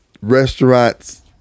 restaurant's